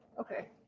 okay